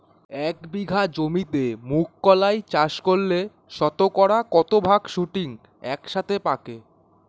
এক বিঘা জমিতে মুঘ কলাই চাষ করলে শতকরা কত ভাগ শুটিং একসাথে পাকে?